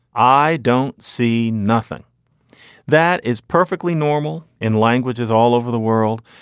i don't see nothing that is perfectly normal in languages all over the world.